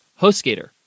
HostGator